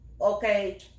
okay